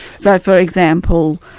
so for example,